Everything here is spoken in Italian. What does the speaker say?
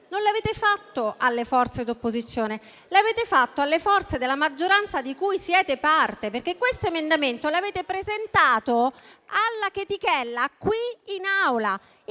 non l'avete fatto alle forze di opposizione: lo avete fatto alle forze della maggioranza di cui siete parte. Questo emendamento lo avete presentato alla chetichella qui in Aula.